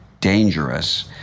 dangerous